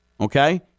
Okay